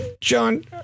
John